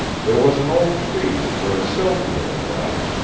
there was an old tree where sylvia and i ah,